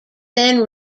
then